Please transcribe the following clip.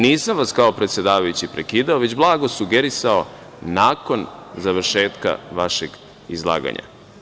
Nisam vas kao predsedavajući prekidao, već blago sugerisao nakon završetka vašeg izlaganja.